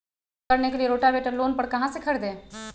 खेती करने के लिए रोटावेटर लोन पर कहाँ से खरीदे?